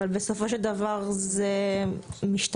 אבל בסופו של דבר זה משתנה.